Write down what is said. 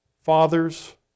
fathers